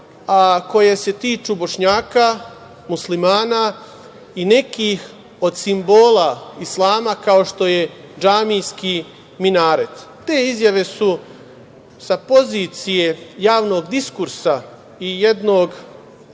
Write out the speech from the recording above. a koje se tiču Bošnjaka, Muslimana i nekih od simbola islama kao što je džamijski minaret. Te izjave su sa pozicije javnog diskursa i jednog